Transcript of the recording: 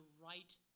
right